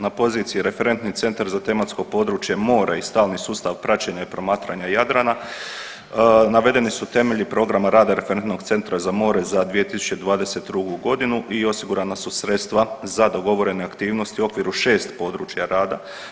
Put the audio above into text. Na poziciji Referentni centar za tematsko područje mora i stalni sustav praćenja i promatranja Jadrana navedeni su temelji programa rada Referentnog centra za more za 2022.g. i osigurana su sredstva za dogovorene aktivnosti u okviru šest područja rada.